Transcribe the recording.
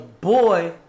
boy